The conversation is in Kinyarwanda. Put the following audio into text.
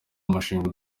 mushinga